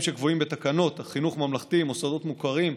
שקבועים בתקנות חינוך ממלכתי (מוסדות מוכרים),